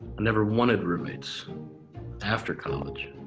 never wanted roommates after college.